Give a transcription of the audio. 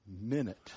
minute